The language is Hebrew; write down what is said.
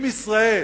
אם ישראל